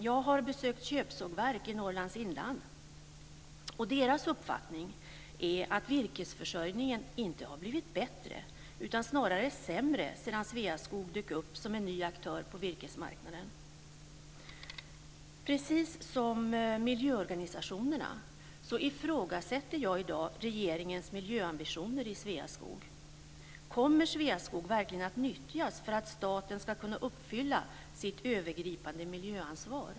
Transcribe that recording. Jag har besökt köpsågverk i Norrlands inland, och deras uppfattning är att virkesförsörjningen inte har blivit bättre utan snarare sämre sedan Sveaskog dök upp som en ny aktör på virkesmarknaden. Precis som miljöorganisationerna ifrågasätter jag i dag regeringens miljöambitioner i Sveaskog. Kommer Sveaskog verkligen att nyttjas för att staten ska kunna uppfylla sitt övergripande miljöansvar?